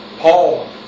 Paul